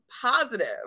positive